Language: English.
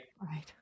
Right